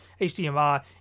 hdmi